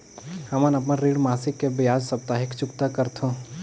हमन अपन ऋण मासिक के बजाय साप्ताहिक चुकता करथों